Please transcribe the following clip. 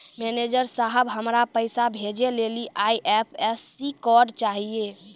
manager साहब, हमरा पैसा भेजै लेली आई.एफ.एस.सी कोड चाहियो